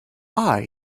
are